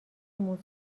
موسی